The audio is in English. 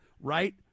right